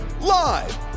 live